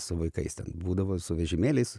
su vaikais ten būdavo su vežimėliais